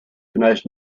most